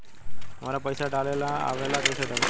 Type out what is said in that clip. हमरा पईसा डाले ना आवेला कइसे डाली?